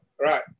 Right